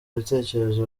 ibitekerezo